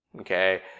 okay